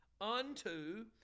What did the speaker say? unto